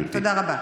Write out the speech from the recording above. תודה רבה.